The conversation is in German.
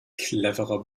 cleverer